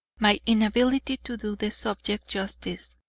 my inability to do the subject justice.